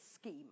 scheme